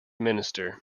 minister